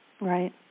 Right